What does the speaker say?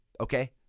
okay